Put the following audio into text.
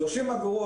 30 אגורות,